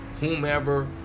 whomever